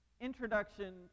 introduction